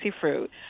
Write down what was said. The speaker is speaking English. fruit